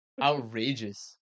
outrageous